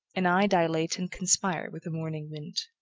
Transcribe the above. and i dilate and conspire with the morning wind.